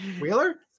Wheeler